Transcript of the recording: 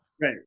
Right